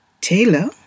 Taylor